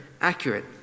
accurate